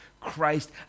Christ